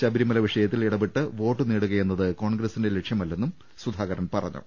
ശബരിമല വിഷയത്തിൽ ഇടപെട്ട് വോട്ട് നേടു കയെന്നത് കോൺഗ്രസിന്റെ ലക്ഷ്യമല്ലെന്നും സുധാകരൻ പറഞ്ഞു